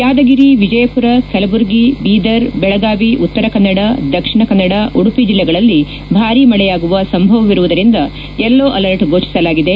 ಯಾದಗಿರಿ ವಿಜಯಪುರ ಕಲಬುರಗಿ ಬೀದರ್ ಬೆಳಗಾವಿ ಉತ್ತರ ಕನ್ನಡ ದಕ್ಷಿಣ ಕನ್ನಡ ಉಡುಪಿ ಜಲ್ಲೆಗಳಲ್ಲಿ ಭಾರೀ ಮಳೆಯಾಗುವ ಸಂಭವವಿರುವುದರಿಂದ ಯೆಲ್ಲೋ ಅಲರ್ಟ್ ಫೋಷಿಲಾಗಿದೆ